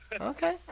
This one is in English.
Okay